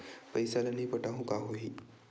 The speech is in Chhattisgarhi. पईसा ल नई पटाहूँ का होही?